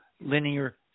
linear